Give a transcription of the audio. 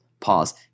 pause